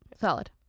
Solid